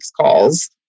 calls